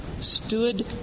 stood